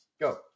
Go